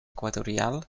equatorial